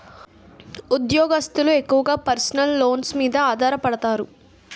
ఉద్యోగస్తులు ఎక్కువగా personal loans మీద ఆధారపడతారు